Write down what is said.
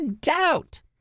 doubt